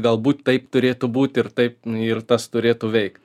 galbūt taip turėtų būti ir taip ir tas turėtų veikt